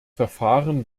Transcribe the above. verfahren